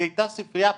היא הייתה ספרייה פרטית.